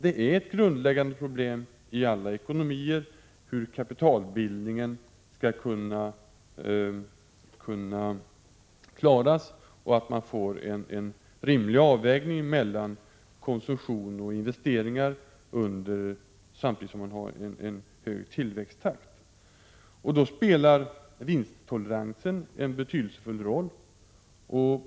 Det är ett grundläggande problem i alla ekonomier hur kapitalbildningen skall kunna klaras, och hur man skall få en rimlig avvägning mellan konsumtion och investeringar samtidigt som man har en hög tillväxttakt. Vinsttoleransen spelar då en betydelsefull roll.